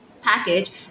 package